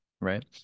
right